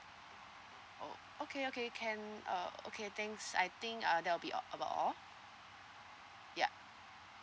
oh okay okay can uh okay thanks I think uh there'll be uh about all ya